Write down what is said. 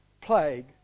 plague